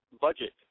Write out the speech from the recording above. budget